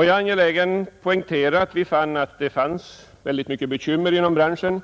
Jag är nu angelägen om att framhålla att vi då konstaterade, att man hade många bekymmer inom branschen.